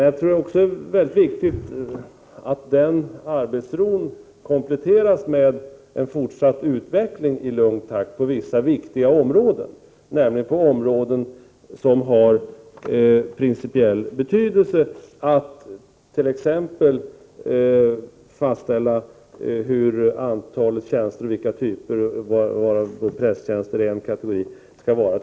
Jag tycker att det är väldigt viktigt att arbetsron kompletteras med en fortsatt utveckling i lugn takt på vissa områden som har principiell betydelse, t.ex. att fastställa antalet tjänster och vilka typer av prästtjänster som det skall vara.